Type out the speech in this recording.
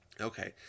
Okay